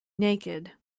naked